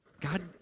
God